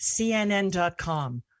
cnn.com